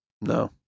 No